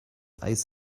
eis